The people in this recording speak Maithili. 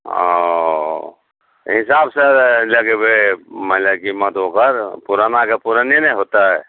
हँ हिसाबसँ लगेबै मानि लऽ कीमत ओकर पुराना कऽ पुराने ने होयतै